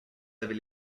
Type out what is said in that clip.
avez